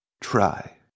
try